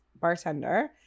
bartender